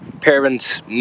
parents